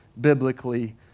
biblically